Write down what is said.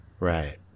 Right